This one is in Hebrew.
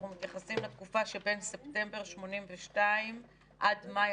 אז אנחנו מתייחסים לתקופה שבין ספטמבר 1982 עד מאי